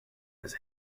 his